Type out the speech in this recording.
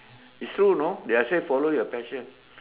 it's true you know they're say follow your passion